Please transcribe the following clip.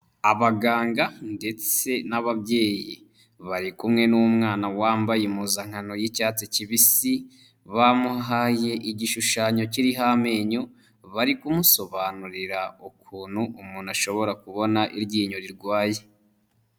Abaganga ndetse n'ababyeyi bari kumwe n'umwana wambaye impuzankano y'icyatsi kibisi bamuhaye igishushanyo kiriho amenyo bari kumusobanurira ukuntu umuntu ashobora kubona iryinyo rirwaye.